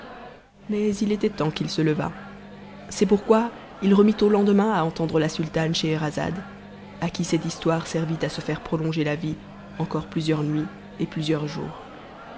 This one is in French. mais il était temps qu'il se levât c'est pourquoi it remit au lendemain à entendre la sultane scheherazade a qu cette histoire servit à se faire prolonger la vie encore plusieurs nuits et plusieurs jours